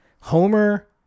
Homer